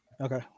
Okay